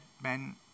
Ben